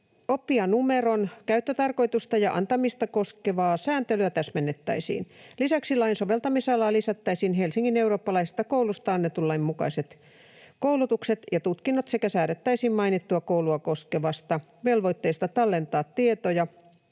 Oppijanumeron käyttötarkoitusta ja antamista koskevaa sääntelyä täsmennettäisiin. Lisäksi lain soveltamisalaan lisättäisiin Helsingin eurooppalaisesta koulusta annetun lain mukaiset koulutukset ja tutkinnot sekä säädettäisiin mainittua koulua koskevasta velvoitteesta tallentaa tietoja